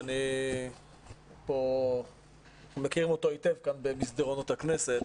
שאני פה מכיר אותו היטב כאן במסדרונות הכנסת,